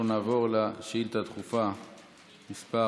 אנחנו נעבור לשאילתה דחופה מס'